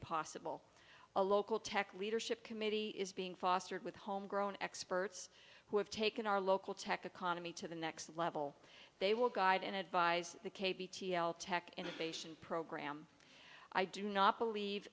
possible a local tech leadership committee is being fostered with homegrown experts who have taken our local tech economy to the next level they will guide and advise the k b t l tech innovation program i do not believe